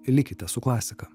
likite su klasika